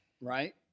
Right